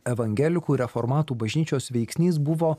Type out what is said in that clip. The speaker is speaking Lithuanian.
evangelikų reformatų bažnyčios veiksnys buvo